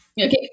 Okay